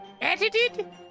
Edited